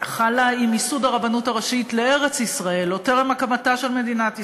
חלה עם ייסוד הרבנות הראשית לארץ-ישראל עוד טרם הקמתה של מדינת ישראל,